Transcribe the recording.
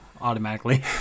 automatically